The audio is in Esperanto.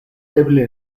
eble